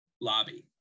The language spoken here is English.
lobby